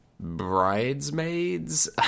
Bridesmaids